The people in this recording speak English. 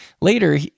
later